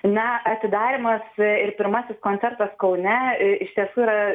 na atidarymas ir pirmasis koncertas kaune iš tiesų yra